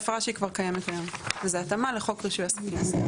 זו הפרה שהיא כבר קיימת כיום וזו התאמה לחוק רישוי עסקים.